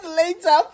later